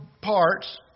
parts